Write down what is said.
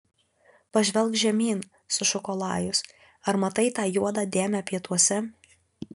pažvelk žemyn sušuko lajus ar matai tą juodą dėmę pietuose